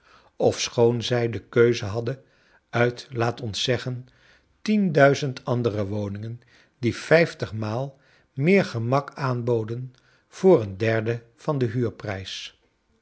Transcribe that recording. ofschoon zij de keuze hadden uit laat ons zeggen tien duizend andere woningen die vijftig maal meer gemak aanboden voor een derde van den huurprijs